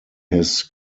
his